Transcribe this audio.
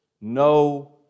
no